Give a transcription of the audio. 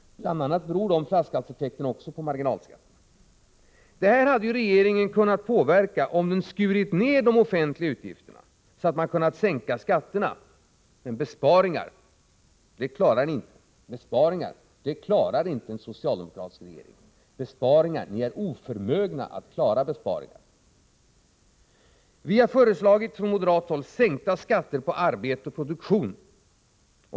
Dessa flaskhalseffekter beror bl.a. på marginalskatterna. Detta hade regeringen kunnat påverka, om den skurit ned de offentliga utgifterna så att man hade kunnat sänka skatterna. Men besparingar klarar ni inte — en socialdemokratisk regering är oförmögen att klara besparingar. Vi har från moderat håll föreslagit sänkta skatter på arbete och produktion.